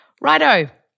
Righto